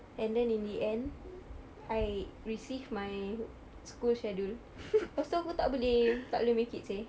and then in the end I received my school schedule lepas tu aku tak boleh tak boleh make it seh